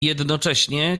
jednocześnie